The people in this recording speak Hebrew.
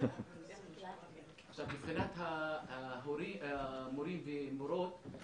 מבחינת המורים ומורות,